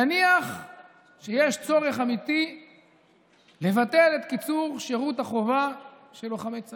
נניח שיש צורך אמיתי לבטל את קיצור שירות החובה של לוחמי צה"ל,